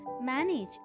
manage